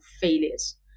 failures